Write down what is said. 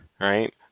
Right